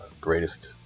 Greatest